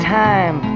time